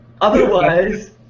Otherwise